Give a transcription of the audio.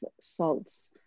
salts